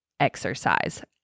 Exercise